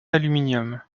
aluminium